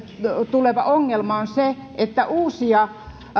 tuleva ongelma on se että uusia